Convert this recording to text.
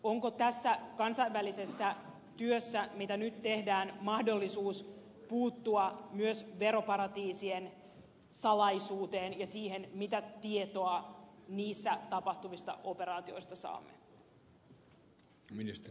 onko tässä kansainvälisessä työssä mitä nyt tehdään mahdollisuus puuttua myös veroparatiisien salaisuuteen ja siihen mitä tietoa niissä tapahtuvista operaatioista saamme